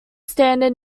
standard